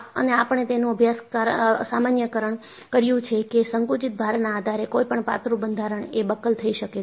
અને આપણે તેનું સામાન્યકરણ કર્યું છે કે સંકુચિત ભારના આધારે કોઈપણ પાતળું બંધારણ એ બકલ થઈ શકે છે